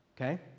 Okay